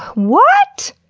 what!